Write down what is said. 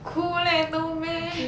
cool leh no meh